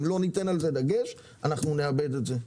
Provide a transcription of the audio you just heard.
אם לא ניתן על זה דגש אנחנו נאבד את זה.